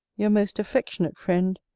your most affectionate friend,